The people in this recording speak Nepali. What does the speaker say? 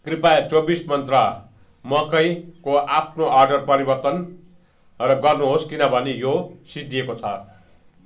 कृपया चौबिस मन्त्रा मकैको आफ्नो अर्डर परिवर्तन र गर्नुहोस् किनभने यो सिद्धिएको छ